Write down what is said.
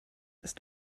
ist